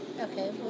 Okay